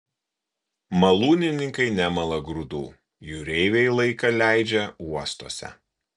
malūnininkai nemala grūdų jūreiviai laiką leidžia uostuose